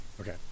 okay